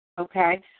okay